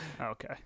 Okay